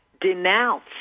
denounce